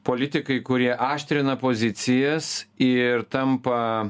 politikai kurie aštrina pozicijas ir tampa